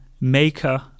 maker